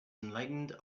enlightened